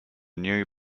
new